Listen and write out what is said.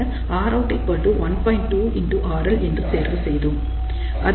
2RL என்று தேர்வு செய்தோம்